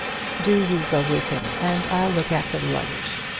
do you go with him, and i'll look after the luggage.